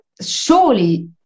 surely